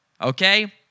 Okay